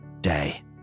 day